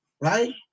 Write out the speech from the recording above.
right